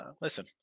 listen